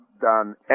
done